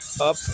up